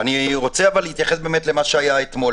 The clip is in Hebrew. אבל אני רוצה להתייחס למה שהיה אתמול.